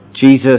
Jesus